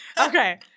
Okay